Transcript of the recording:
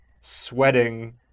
sweating